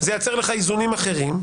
זה ייצר לך איזונים אחרים,